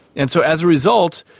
and so as a result,